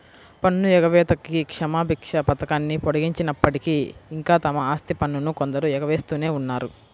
పన్ను ఎగవేతకి క్షమాభిక్ష పథకాన్ని పొడిగించినప్పటికీ, ఇంకా తమ ఆస్తి పన్నును కొందరు ఎగవేస్తూనే ఉన్నారు